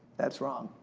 that's wrong.